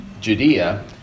Judea